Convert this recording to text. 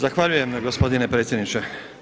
Zahvaljujem gospodine predsjedniče.